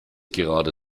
gerade